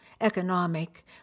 economic